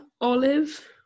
Olive